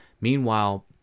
Meanwhile